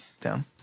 down